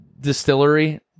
distillery